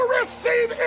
receive